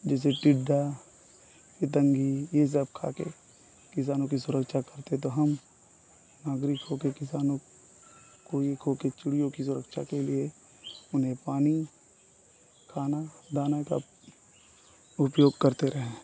जैसे टिड्डा पतंगा ये सब खाकर किसानों की सुरक्षा करते तो हम नागरिक होकर किसानों को एक होकर चिड़ियों की सुरक्षा के लिए उन्हें पानी खाना दाना का उपयोग करते रहें